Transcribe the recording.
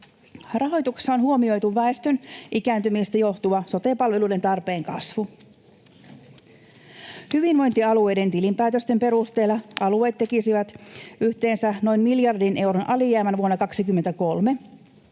Rahoituksessa on huomioitu väestön ikääntymisestä johtuva sote-palveluiden tarpeen kasvu. Hyvinvointialueiden tilinpäätösten perusteella alueet tekisivät yhteensä noin miljardin euron alijäämän vuonna 2023.